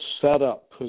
setup